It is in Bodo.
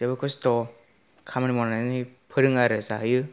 जोबोद खस्त' खामानि मावनानै फोरोङो आरो जाहोयो